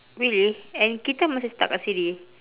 really and kita masih stuck kat sini